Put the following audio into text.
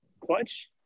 clutch